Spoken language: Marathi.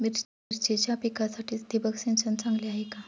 मिरचीच्या पिकासाठी ठिबक सिंचन चांगले आहे का?